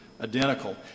identical